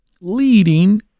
leading